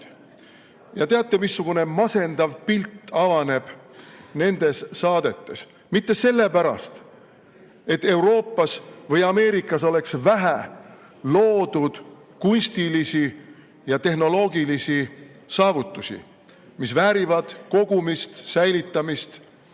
Ja teate, missugune masendav pilt avaneb nendes saadetes. Mitte sellepärast, et Euroopas või Ameerikas oleks vähe loodud kunstilisi ja tehnoloogilisi saavutusi, mis väärivad kogumist, säilitamist